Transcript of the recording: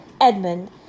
Edmund